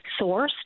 sourced